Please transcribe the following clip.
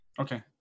Okay